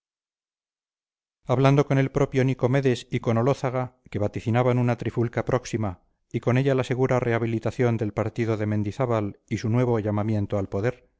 hablando con el propio nicomedes y con olózaga que vaticinaban una trifulca próxima y con ella la segura rehabilitación del partido de mendizábal y su nuevo llamamiento al poder